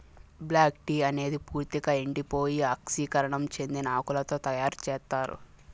black tea అనేది పూర్తిక ఎండిపోయి ఆక్సీకరణం చెందిన ఆకులతో తయారు చేత్తారు